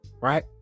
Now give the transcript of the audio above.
right